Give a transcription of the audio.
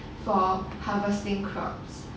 for harvesting crops